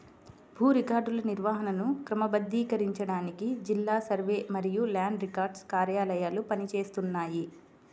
భూ రికార్డుల నిర్వహణను క్రమబద్ధీకరించడానికి జిల్లా సర్వే మరియు ల్యాండ్ రికార్డ్స్ కార్యాలయాలు పని చేస్తున్నాయి